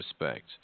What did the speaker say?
respect